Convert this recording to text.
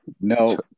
No